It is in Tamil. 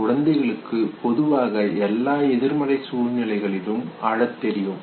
குழந்தைகளுக்கு பொதுவாக எல்லா எதிர்மறை சூழ்நிலைகளிலும் அழத் தெரியும்